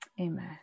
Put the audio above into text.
Amen